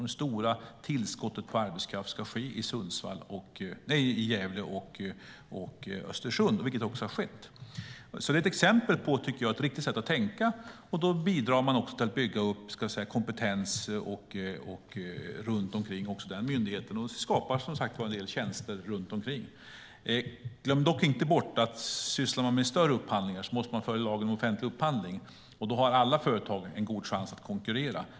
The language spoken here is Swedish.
De stora tillskotten på arbetskraft skulle ske i Gävle och Östersund, vilket också har skett. Det är ett exempel på ett riktigt sätt att tänka. Då bidrar man också till att bygga upp kompetenser runt myndigheten och skapar en del tjänster runt omkring. Glöm dock inte bort att om man sysslar med större upphandlingar måste man följa lagen om offentlig upphandling. Då har alla företag en god chans att konkurrera.